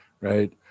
Right